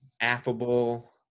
affable